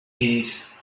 these